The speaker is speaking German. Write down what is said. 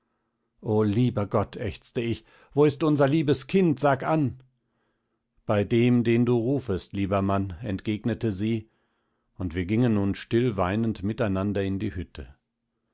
o lieber gott ächzte ich wo ist unser liebes kind sag an bei dem den du rufest lieber mann entgegnete sie und wir gingen nun stillweinend miteinander in die hütte